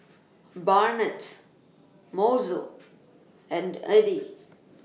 Barnett Mozell and Eddy